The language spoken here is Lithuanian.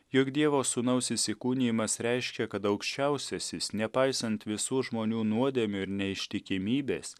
juk dievo sūnaus įsikūnijimas reiškia kad aukščiausiasis nepaisant visų žmonių nuodėmių ir neištikimybės